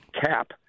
cap